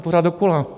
Pořád dokola.